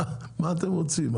מה אתם רוצים?